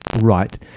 right